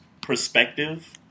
perspective